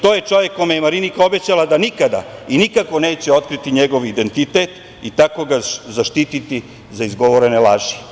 To je čovek kome je Marinika obećala da nikada i nikako neće otkriti njegov identitet i tako ga zaštiti za izgovorene laži.